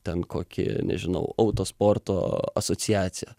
ten kokį nežinau autosporto asociaciją